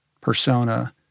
persona